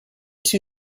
two